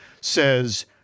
says